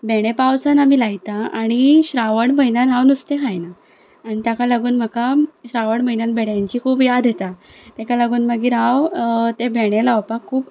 भेंडे पावसांत आमी लायता आनी श्रावण म्हयन्यांत हांव नुस्तें खायना आनी ताका लागून म्हाका श्रावण म्हयन्यांत भेंड्यांची खूब याद येता ताका लागून मागीर हांव ते भेंडे लावपाक खूब